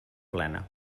plena